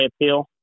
appeal